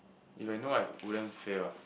if I know I wouldn't fail ah